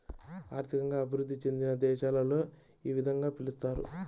ఆర్థికంగా అభివృద్ధి చెందిన దేశాలలో ఈ విధంగా పిలుస్తారు